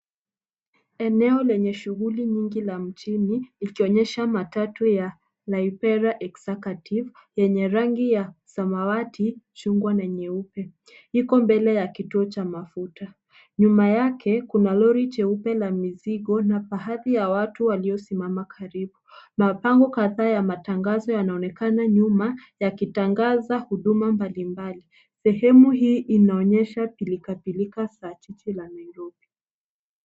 Eneo lenye shughuli nyingi la mjini, ikionyesha matatu ya Libera Executive yenye rangi ya samawati, chungwa na nyeupe. Liko mbele ya kituo cha mafuta. Nyuma yake kuna lori jeupe la mizigo na baadhi ya watu waliosimama karibu. Mabango kadhaa ya matangazo yanaonekana nyuma, yakitangaza huduma mbalimbali. Sehemu hii inaonyesha pilikapilika za jiji la Nairobi.